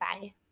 Bye